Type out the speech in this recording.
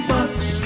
Bucks